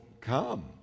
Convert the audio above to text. come